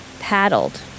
paddled